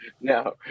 No